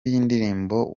y’indirimbo